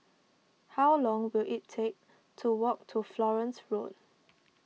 how long will it take to walk to Florence Road